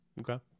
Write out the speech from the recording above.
Okay